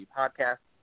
podcast